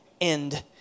end